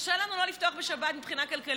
קשה לנו לא לפתוח בשבת מבחינה כלכלית,